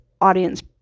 audience